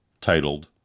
titled